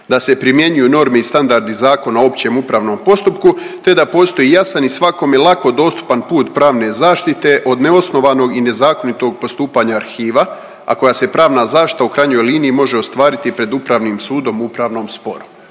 da se primjenjuju norme i standardi Zakona o općem upravnom postupku te da postoji jasan i svakome lako dostupan put pravne zaštite od neosnovanog i nezakonitog postupanja arhiva, a koja se pravna zaštita u krajnjoj liniji može ostvariti pred Upravnim sudom u upravnom sporu.